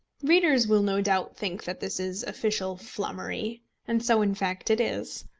readers will no doubt think that this is official flummery and so in fact it is.